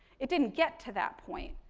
it didn't get to that point,